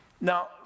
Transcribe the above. now